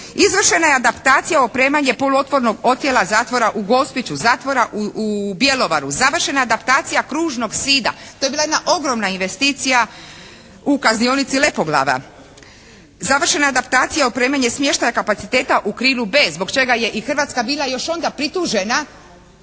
Izvršena je adaptacija, opremanje poluotvorenog odjela zatvora u Gospiću, zatvora u Bjelovaru. Završena adaptacija kružnog zida. To je bila jedna ogromna investicija u kaznionici Lepoglava. Završena je adaptacija, opremanje smještaja kapaciteta u krilu B zbog čega je i Hrvatska bila još onda pritužena